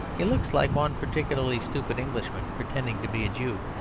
he looks like one particularly stupid englishman pretending to be a jew,